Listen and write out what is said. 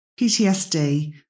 PTSD